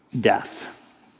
death